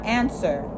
answer